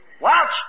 Watch